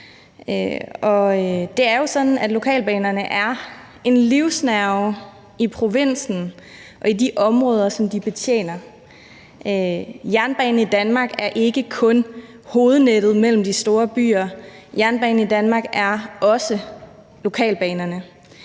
lokalbanerne er livsnerven i provinsen og i de områder, som de betjener. Jernbanen i Danmark er ikke kun hovednettet mellem de store byer, jernbanen i Danmark er også lokalbanerne.